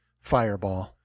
fireball